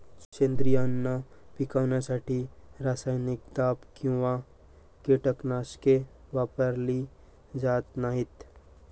सेंद्रिय अन्न पिकवण्यासाठी रासायनिक दाब किंवा कीटकनाशके वापरली जात नाहीत